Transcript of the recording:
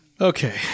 okay